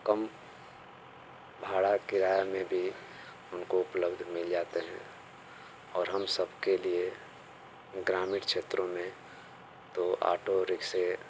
कम भाड़ा किराया में भी उनको उपलब्ध मिल जाते हैं और हम सबके लिए ग्रामीण क्षेत्रों में तो ऑटो रिक्शे